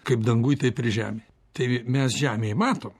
kaip danguj taip ir žemėj tai mes žemėj matom